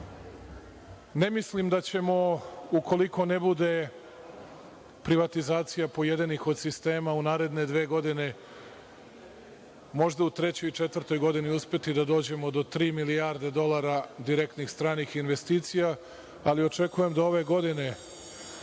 Ne mislim da ćemo ukoliko ne bude privatizacije pojedinih od sistema u naredne dve godine, možda u trećoj i četvrtoj godini uspeti da dođemo do tri milijarde dolara direktnih stranih investicija, ali očekujem da ove godine,